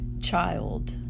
child